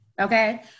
okay